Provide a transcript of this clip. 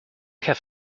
have